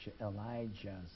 Elijah